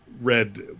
read